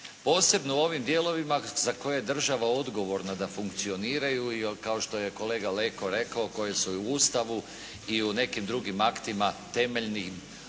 posebno u ovim dijelovima za koje je država odgovorna da funkcioniraju, kao što je kolega Leko rekao koje su i u Ustavu i u nekim drugim aktima temeljni zapisane